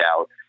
out